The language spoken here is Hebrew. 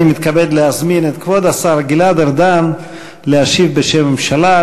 אני מתכבד להזמין את כבוד השר גלעד ארדן להשיב בשם הממשלה.